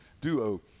duo